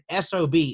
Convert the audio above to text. SOB